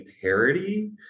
parody